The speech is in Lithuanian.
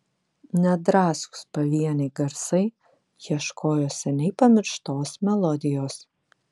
nedrąsūs pavieniai garsai ieškojo seniai pamirštos melodijos